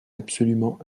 absolument